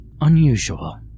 Unusual